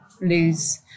lose